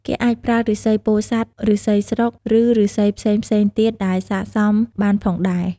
គេអាចប្រើឫស្សីពោធិ៍សាត់ ឫស្សីស្រុក ឬឫស្សីផ្សេងៗទៀតដែលស័ក្តិសមបានផងដែរ។